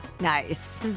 nice